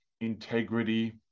integrity